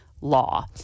law